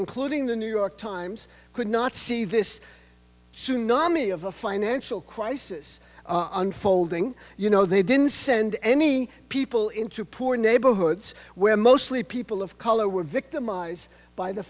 including the new york times could not see this tsunami of a financial crisis unfolding you know they didn't send any people into poor neighborhoods where mostly people of color were victimized by the